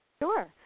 Sure